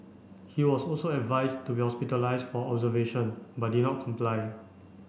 he was also advised to be hospitalised for observation but did not comply